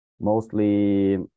mostly